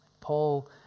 Paul